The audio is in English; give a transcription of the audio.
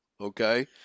Okay